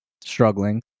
struggling